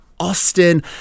Austin